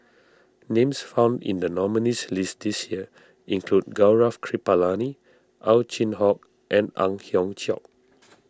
names found in the nominees' list this year include Gaurav Kripalani Ow Chin Hock and Ang Hiong Chiok